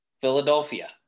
Philadelphia